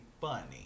funny